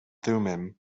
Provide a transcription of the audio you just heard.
thummim